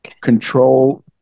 control